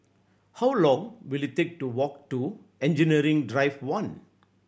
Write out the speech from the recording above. how long will it take to walk to Engineering Drive One